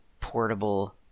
portable